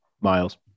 Miles